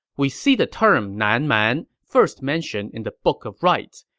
we see the term nan man first mentioned in the book of rites,